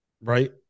Right